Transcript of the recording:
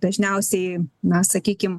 dažniausiai na sakykim